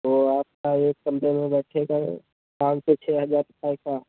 तो आपका एक कमरे में होगा छे बाय पाँच से छः हज़ार रुपये का